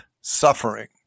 suffering